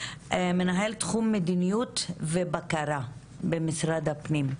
מנהל תחום מדיניות ובקרה במשרד הפנים,